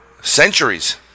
centuries